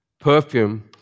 perfume